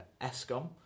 ESCOM